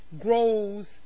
grows